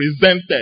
presented